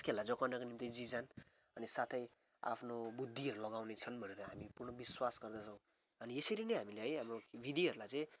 यस खेललाई जोखाउनका निम्ति जी ज्यान अनि साथै आफ्नो बुद्धिहरू लगाउने छन् भनेर हामी पूर्ण विश्वास गर्दछौँ अनि यसरी नै हामीले है अब विधिहरूलाई चाहिँ